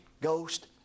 Ghost